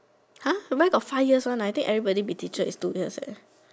where got five years one I think everybody be teacher only two years one